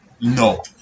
no